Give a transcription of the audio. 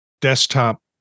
desktop